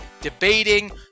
debating